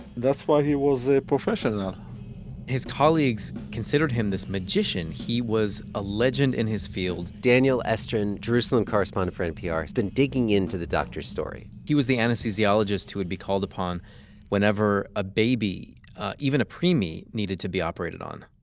that's why he was a professional his colleagues considered him this magician. he was a legend in his field daniel estrin, jerusalem correspondent for npr, has been digging into the doctor's story he was the anesthesiologist who would be called upon whenever a baby even a preemie needed to be operated on.